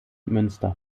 münster